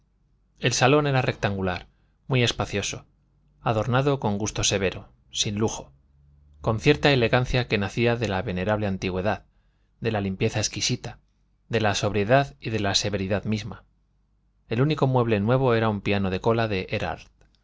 el salón era rectangular muy espacioso adornado con gusto severo sin lujo con cierta elegancia que nacía de la venerable antigüedad de la limpieza exquisita de la sobriedad y de la severidad misma el único mueble nuevo era un piano de cola de erard